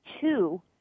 two